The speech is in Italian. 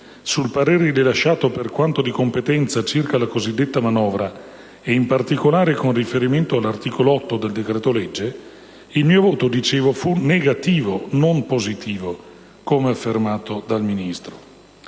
sul parere rilasciato, per quanto di competenza, circa la cosiddetta manovra e in particolare con riferimento all'articolo 8 del decreto-legge, il mio voto - dicevo - fu negativo, non positivo, come affermato dal Ministro).